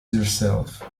yourself